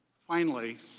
finally.